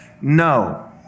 no